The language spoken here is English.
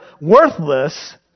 worthless